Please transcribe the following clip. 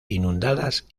inundadas